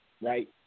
right